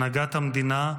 הנהגת המדינה,